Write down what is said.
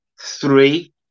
three